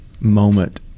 moment